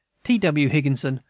t. w. higginson,